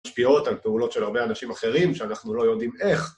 משפיעות על תעולות של הרבה אנשים אחרים שאנחנו לא יודעים איך.